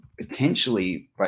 potentially